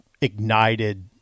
ignited